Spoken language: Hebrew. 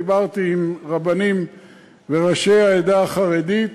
דיברתי עם רבנים מראשי העדה החרדית.